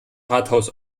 rathaus